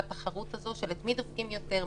בתחרות הזאת את מי דופקים יותר,